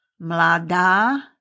mlada